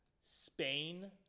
Spain-